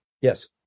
yes